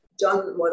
John